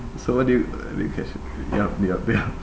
so what do you uh you catch yup yup yup